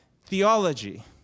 theology